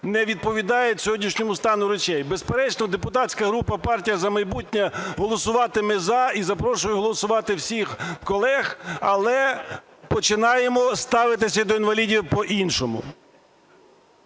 не відповідають сьогоднішньому стану речей. Безперечно, депутатська група "Партія "За майбутнє" голосуватиме "за" і запрошує голосувати всіх колег. Але починаємо ставитися до інвалідів по-іншому.